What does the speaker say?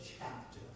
chapter